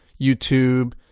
YouTube